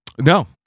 no